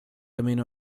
amino